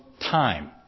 time